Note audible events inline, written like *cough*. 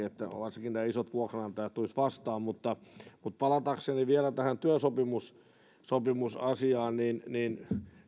*unintelligible* että varsinkin nämä isot vuokranantajat tulisivat vastaan palatakseni vielä tähän työsopimusasiaan niin niin